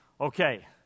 Okay